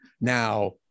Now